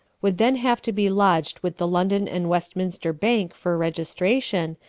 would then have to be lodged with the london and westminster bank for registration,